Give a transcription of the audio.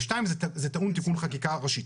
דבר שני, זה טעון תיקון חקיקה ראשית.